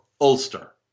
Ulster